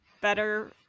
better